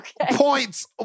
Points